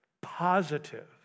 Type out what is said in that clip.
positive